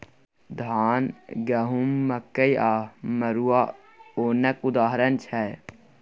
धान, गहुँम, मकइ आ मरुआ ओनक उदाहरण छै